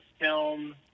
film